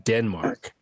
Denmark